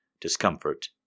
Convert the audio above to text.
discomfort